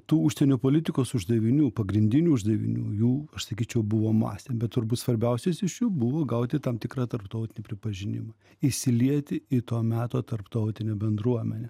tų užsienio politikos uždavinių pagrindinių uždavinių jų aš sakyčiau buvo mąsė bet turbūt svarbiausias iš jų buvo gauti tam tikrą tarptautinį pripažinimą įsilieti į to meto tarptautinę bendruomenę